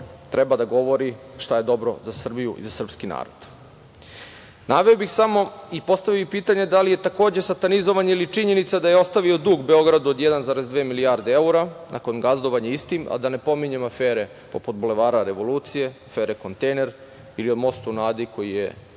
treba da govori šta je dobro za Srbiju i srpski narod. Naveo bih samo i postavio bih pitanje, da li je takođe satanizovanje ili činjenica da je ostavio dug Beogradu od 1,2 milijarde evra nakon gazdovanja istim, a da ne pominjem afere poput Bulevara revolucije, afere kontejner, ili most na Adi koji je